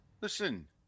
Listen